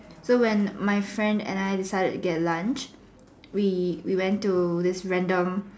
so when my friend and I decided to get lunch we we went to this random